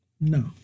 No